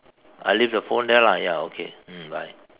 I leave the phone there lah ya okay mm bye